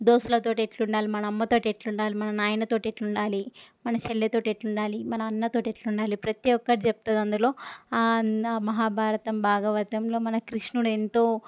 దోస్తులతోటి ఎట్లా ఉండాలి మన అమ్మతోటి ఎట్లా ఉండాలి మన నాయనతోటి ఎట్లా ఉండాలి మన చెల్లెతోటి ఎట్లా ఉండాలి మన అన్నతోటి ఎట్లా ఉండాలి ప్రతీ ఒక్కటి చెప్తుంది అందులో మహాభారతం భాగవతంలో మన కృష్ణుడు ఎంతో